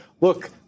look